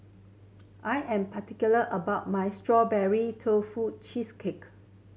I am particular about my Strawberry Tofu Cheesecake